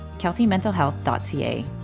keltymentalhealth.ca